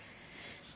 તે જેવી